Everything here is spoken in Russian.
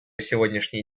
сегодняшний